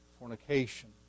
fornication